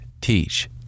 Teach